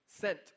sent